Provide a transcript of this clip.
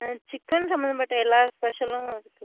ஆ chicken சம்மந்தப்பட்ட எல்லா ஸ்பெஷலும் இருக்கு